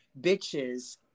bitches